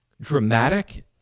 dramatic